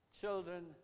children